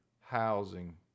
housing